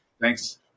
Thanks